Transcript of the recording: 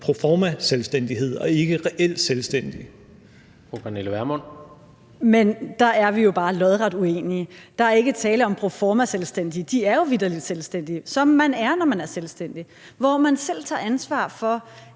Vermund. Kl. 17:28 Pernille Vermund (NB): Men der er vi jo bare lodret uenige. Der er ikke tale om proforma selvstændige; de er jo vitterlig selvstændige – som man er, når man er selvstændig, hvor man selv tager ansvar for,